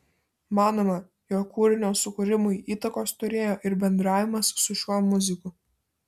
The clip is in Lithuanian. manoma jog kūrinio sukūrimui įtakos turėjo ir bendravimas su šiuo muziku